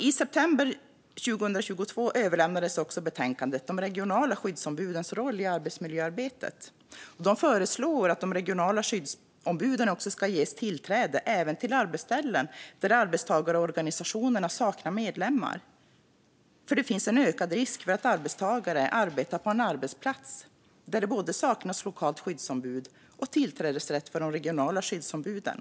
I september 2022 överlämnades också betänkandet De regionala skyddsombudens roll i arbetsmiljöarbetet . Utredningen föreslår att de regionala skyddsombuden ska ges tillträde även till arbetsställen där arbetstagarorganisationerna saknar medlemmar. Det finns nämligen en ökad risk för att arbetstagare arbetar på en arbetsplats där det saknas både lokalt skyddsombud och tillträdesrätt för de regionala skyddsombuden.